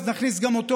אז גם נכניס אותו,